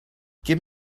give